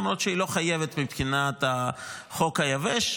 למרות שהיא לא חייבת מבחינת החוק היבש.